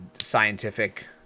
scientific